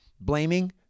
blaming